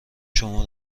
شما